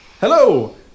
hello